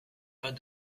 pas